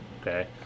okay